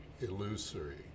illusory